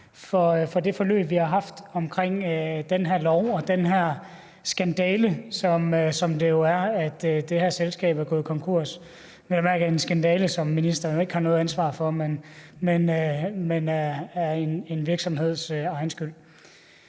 for det forløb, vi har haft, med det her lovforslag og den her skandale, som det jo er, at det her selskab er gået konkurs – vel at mærke en skandale, som ministeren ikke har noget ansvar for, men som er en virksomheds egen skyld.